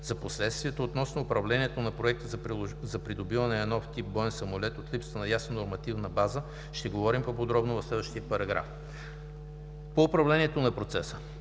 За последствията относно управлението на Проекта за придобиване на нов тип боен самолет от липсата на ясна нормативна база ще говорим по-подробно в следващия параграф. По управлението на процеса